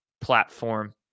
platform